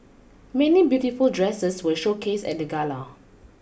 many beautiful dresses were showcased at the gala